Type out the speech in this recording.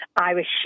Irish